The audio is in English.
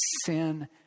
sin